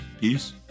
peace